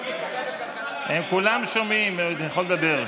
הם כולם שומעים, אתה יכול לדבר.